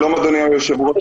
שלום אדוני היושב-ראש,